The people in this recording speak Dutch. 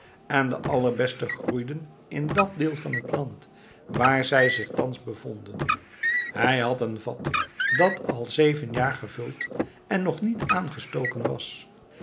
en de allerbeste groeide in dat deel van het land waar zij zich thans bevonden hij had een vat dat al zeven jaar gevuld en nog niet aangestoken was